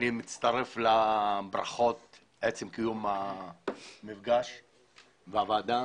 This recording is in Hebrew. אני מצטרף לברכות על קיום המפגש בוועדה.